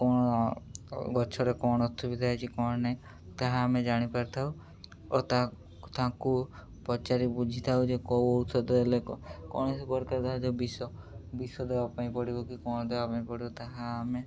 କ'ଣ ଗଛରେ କ'ଣ ଅସୁବିଧା ହେଇଛି କ'ଣ ନାହିଁ ତାହା ଆମେ ଜାଣିପାରିଥାଉ ଓ ତାଙ୍କୁ ପଚାରି ବୁଝିଥାଉ ଯେ କେଉଁ ଔଷଧ ହେଲେ କୌଣସି ପ୍ରକାର ଧରା ଯାଉ ବିଷ ବିଷ ଦବା ପାଇଁ ପଡ଼ିବ କି କ'ଣ ଦବା ପାଇଁ ପଡ଼ିବ ତାହା ଆମେ